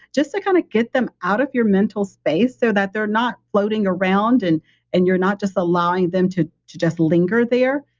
just to kind of get them out of your mental space so that they're not floating around and and you're not just allowing them to to just linger there.